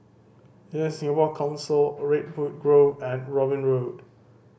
DesignSingapore Council Redwood Grove and Robin Road